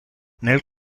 nel